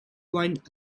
wine